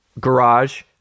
garage